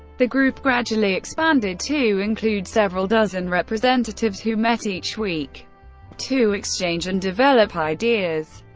the group gradually expanded to include several dozen representatives, who met each week to exchange and develop ideas.